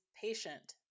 patient